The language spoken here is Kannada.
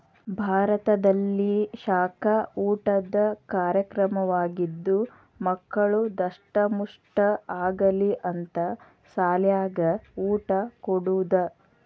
ಭಾರತದಲ್ಲಿಶಾಲ ಊಟದ ಕಾರ್ಯಕ್ರಮವಾಗಿದ್ದು ಮಕ್ಕಳು ದಸ್ಟಮುಷ್ಠ ಆಗಲಿ ಅಂತ ಸಾಲ್ಯಾಗ ಊಟ ಕೊಡುದ